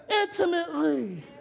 intimately